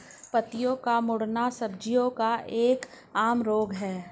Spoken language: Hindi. पत्तों का मुड़ना सब्जियों का एक आम रोग है